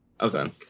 Okay